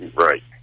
right